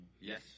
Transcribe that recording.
yes